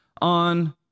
on